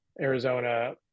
Arizona